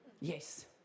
Yes